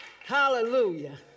Hallelujah